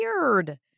weird